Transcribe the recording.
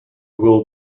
will